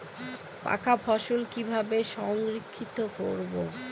পাকা ফসল কিভাবে সংরক্ষিত করব?